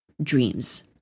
Dreams